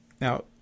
now